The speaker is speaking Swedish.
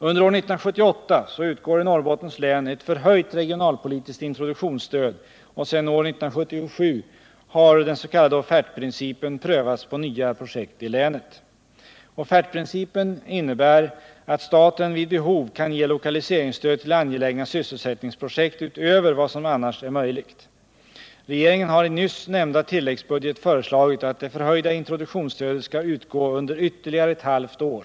Under år 1978 utgår i Norrbottens län ett förhöjt regionalpolitiskt introduktionsstöd, och sedan år 1977 har den s.k. offertprincipen prövats på nya projekt i länet. Offertprincipen innebär att staten vid behov kan ge lokaliseringsstöd till angelägna sysselsättningsprojekt utöver vad som annars är möjligt. Regeringen har i nyss nämnda tilläggsbudget föreslagit att det förhöjda introduktionsstödet skall utgå under ytterligare ett halvt år.